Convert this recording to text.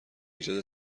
ایجاد